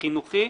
החינוכי,